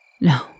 No